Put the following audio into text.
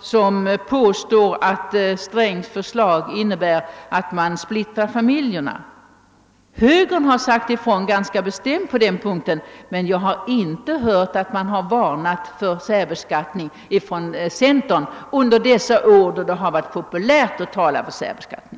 som påstår att herr Strängs förslag innebär att man splittrar familjerna? Högern har sagt ifrån ganska bestämt på den punkten, men jag har inte hört att centern varnat för särbeskattning under dessa år, då det varit populärt att tala för särbeskattning.